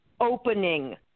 opening